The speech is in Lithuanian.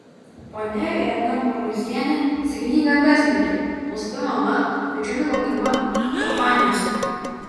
ponia irena marozienė sėkminga verslininkė nuostabi mama bičiulių laukiama kompanijose